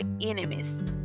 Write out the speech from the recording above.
enemies